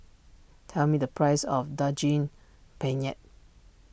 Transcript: tell me the price of Daging Penyet